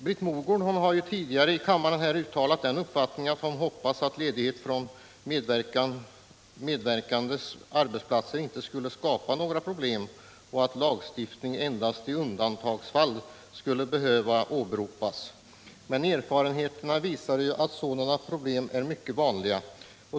Britt Mogård har tidigare i kammaren uttalat att hon hoppas att ledighet från de medverkandes arbete inte skulle skapa några problem och att en lagstiftning endast i undantagsfall skulle behöva åberopas. Men erfarenheterna visar att sådana problem är mycket vanliga.